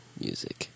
music